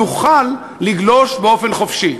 נוכל לגלוש באופן חופשי.